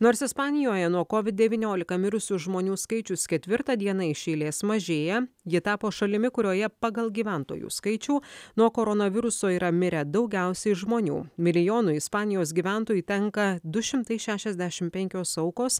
nors ispanijoje nuo covid devyniolika mirusių žmonių skaičius ketvirtą dieną iš eilės mažėja ji tapo šalimi kurioje pagal gyventojų skaičių nuo koronaviruso yra mirę daugiausiai žmonių milijonui ispanijos gyventojų tenka du šimtai šešiasdešim penkios aukos